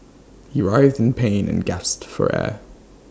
he writhed in pain and gasped for air